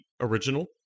original